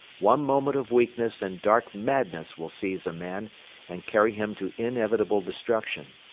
one moment of weakness and dark madness will seize a man and carry him to inevitable destruction.